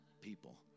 people